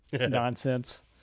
nonsense